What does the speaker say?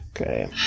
Okay